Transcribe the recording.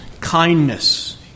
kindness